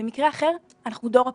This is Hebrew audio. במקרה אחר אנחנו דור הקורונה,